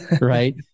Right